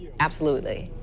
absolutely.